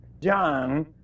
John